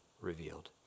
revealed